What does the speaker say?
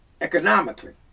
Economically